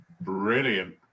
brilliant